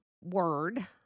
word